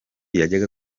yajyaga